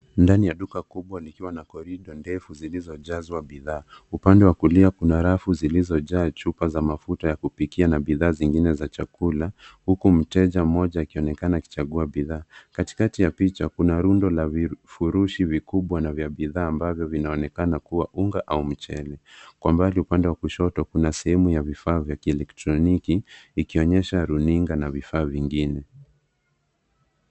Ndani ya duka kubwa likiwa na korido ndefu zilizojazwa bidhaa. Upande wa kulia kuna rafu zilizojaa chupa za mafuta ya kupikia na bidhaa zingine za chakula. Huku mteja mmoja akionekana akichagua bidhaa. Katikati ya picha kuna lundo la vifurushi vikubwa na vya bidhaa ambavyo vinaonekana kuwa unga au mchele. Kwa mbali upande wa kushoto kuna sehemu ya vifaa vya kieletroniki ikionyesha runinga na vifaa vingine.